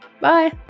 Bye